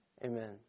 Amen